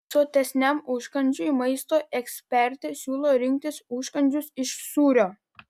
sotesniam užkandžiui maisto ekspertė siūlo rinktis užkandžius iš sūrio